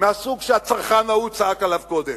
מהסוג שהצרחן ההוא צעק עליו קודם.